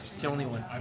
it's only one